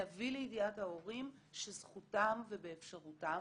להביא לידיעת ההורים שזכותם ובאפשרותם,